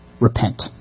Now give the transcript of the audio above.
Repent